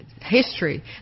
history